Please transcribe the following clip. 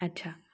अच्छा